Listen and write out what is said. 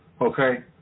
okay